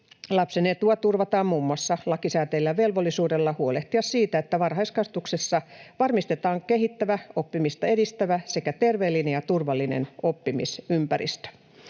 lapsen etua turvataan muun muassa lakisääteisellä velvollisuudella huolehtia siitä, että varhaiskasvatuksessa varmistetaan kehittävä, oppimista edistävä sekä terveellinen ja turvallinen oppimisympäristö.